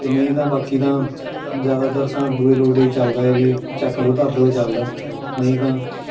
ਅਤੇ ਨਹੀਂ ਤਾਂ ਬਾਕੀ ਤਾਂ ਜ਼ਿਆਦਾਤਰ ਤਾਂ ਦੂਏ ਲੋਟ ਏ ਚੱਲਦਾ ਏ ਵੀ ਚੱਕ ਲਓ ਧਰ ਲਓ ਏ ਚਲਦਾ ਨਹੀਂ ਤਾਂ